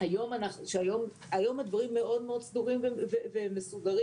היום הדברים מאוד-מאוד סדורים ומסודרים,